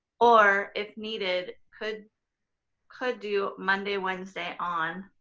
or, if needed, could could do monday, wednesday on,